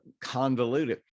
convoluted